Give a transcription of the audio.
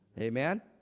Amen